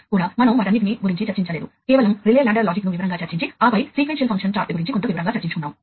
కాబట్టి ఈ చిత్రం మీరు నిజంగా ఇంత దూరం వరకు నెట్వర్క్ ను కన్ఫిగర్ చేయవచ్చని చూపిస్తుంది